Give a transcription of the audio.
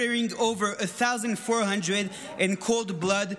murdering over 1,400 in cold blood,